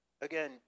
again